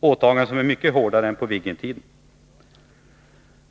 åtaganden, som är mycket hårdare än på Viggentiden.